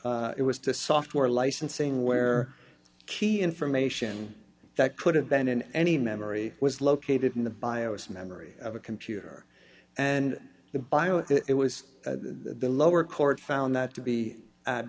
it was to software licensing where key information that could have been in any memory was located in the bios memory of a computer and the bio it was the lower court found that to be